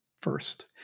first